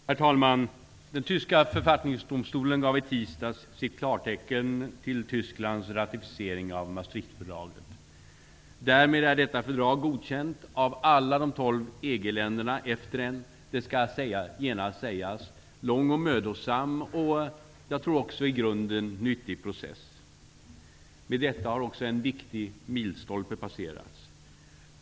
Herr talman! Den tyska Författningsdomstolen gav i tisdags sitt klartecken till Tysklands ratificering av Maastrichtfördraget. Därmed är detta fördrag godkänt av alla de tolv EG-länderna efter en -- det skall genast sägas -- lång, mödosam och, tror jag, i grunden nyttig process. Med detta har också en viktig milstolpe passerats.